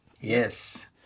Yes